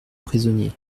prisonniers